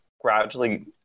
gradually